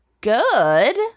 good